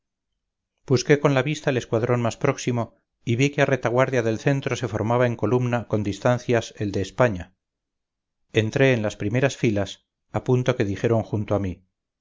busqué con la vista el escuadrón más próximo y vi que a retaguardia del centro se formaba en columna con distancias el de españa entré en las primeras filas a punto que dijeron junto a mí